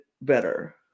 better